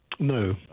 No